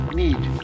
need